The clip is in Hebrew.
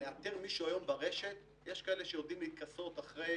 אין התייחסות להסתה ולהשלכות